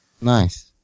Nice